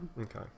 Okay